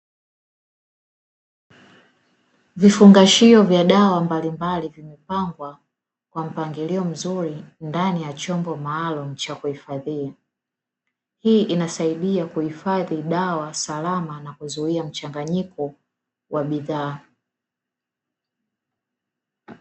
Vifungashio vya dawa mbalimbali vimepangwa kwa mpangilio mzuri ndani ya chombo maalumu cha kuhifadhia, hii inasaidia kuhifadhi dawa salama na kuzuia mchanganyiko wa bidhaa.